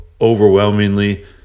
overwhelmingly